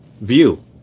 view